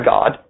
God